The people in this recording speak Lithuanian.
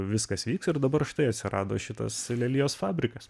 viskas vyks ir dabar štai atsirado šitas lelijos fabrikas